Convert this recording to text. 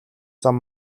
зам